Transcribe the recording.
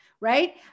right